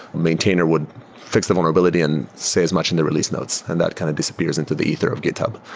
maintainer would fix the vulnerability and stay as much in the release notes, and that kind of disappears into the ether of github.